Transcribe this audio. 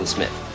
Smith